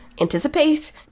anticipate